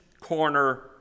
corner